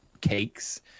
cakes